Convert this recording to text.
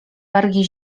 wargi